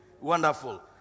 Wonderful